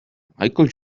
michael